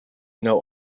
know